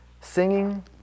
singing